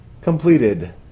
completed